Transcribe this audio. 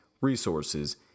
resources